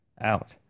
Out